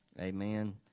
Amen